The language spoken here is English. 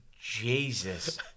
Jesus